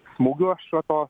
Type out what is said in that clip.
smūgiu aš va to